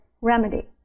remedy